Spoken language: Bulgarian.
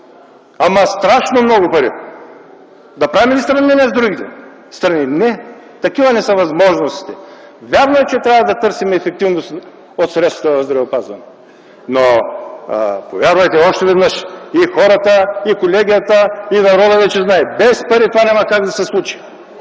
ама страшно много пари! Да правим ли сравнение с другите страни? Не. Такива са ни възможностите. Вярно е, че трябва да търсим ефективност на средствата в здравеопазването. Но, още веднъж - повярвайте, и хората, и колегията, и народът вече знае, че без пари това няма как да се случи.